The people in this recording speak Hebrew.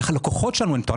ללקוחות שלנו אין פטור.